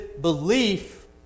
belief